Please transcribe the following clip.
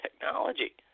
technology